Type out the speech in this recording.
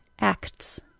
ACTS